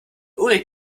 oleg